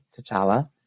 t'challa